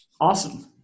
Awesome